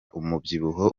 umubyibuho